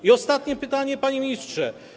I ostatnie pytanie, panie ministrze.